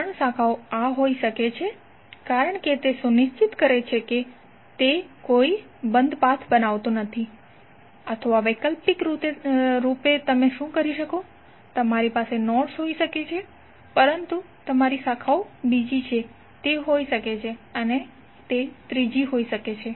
ત્રણ શાખાઓ આ હોઈ શકે છે કારણ કે તે સુનિશ્ચિત કરે છે કે કોઈ બંધ પાથ નથી અથવા વૈકલ્પિક રૂપે તમે શું કરી શકો છો તમારી પાસે નોડ્સ હોઈ શકે છે પરંતુ તમારી શાખાઓ બીજી છે તે હોઈ શકે છે અને તે ત્રીજી હોઈ શકે છે